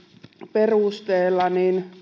perusteella